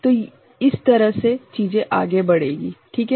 तो इस तरह से चीजें आगे बढ़ेंगी ठीक है